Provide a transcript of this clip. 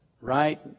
right